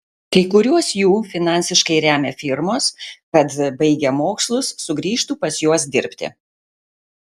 kai kuriuos jų finansiškai remia firmos kad baigę mokslus sugrįžtų pas juos dirbti